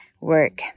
work